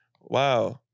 Wow